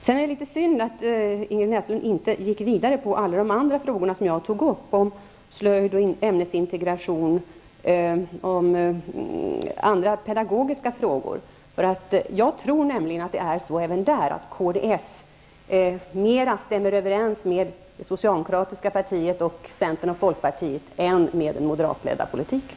Det är litet synd att Ingrid Näslund inte gick vidare och kommenterade alla de andra frågor som jag tog upp: slöjd, ämnesintegration och andra pedagogiska frågor. Även där stämmer nog kds åsikter bättre överens med det socialdemokratiska partiets, centerns och folkpartiets åsikter än med den moderatledda politiken.